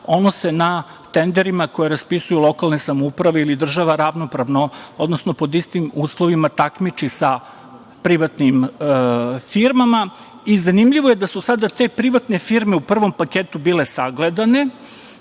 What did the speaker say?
Ono se na tenderima koje raspisuju lokalne samouprave ili država ravnopravno, odnosno pod istim uslovima takmiči sa privatnim firmama i zanimljivo je da su sada te privatne firme u prvom paketu bile sagledane.